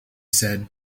said